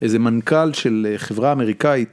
איזה מנכ"ל של חברה אמריקאית.